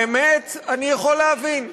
האמת, אני יכול להבין.